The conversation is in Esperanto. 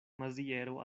maziero